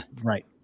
right